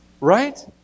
Right